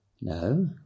No